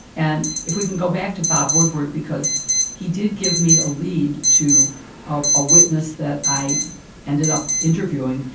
and if we can go back to bob woodward, because he did give me a lead to ah a witness that i ended up interviewing.